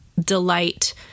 delight